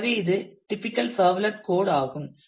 எனவே இது typical servlet code ஆகும்